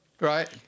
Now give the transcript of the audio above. Right